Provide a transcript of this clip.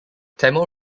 tamil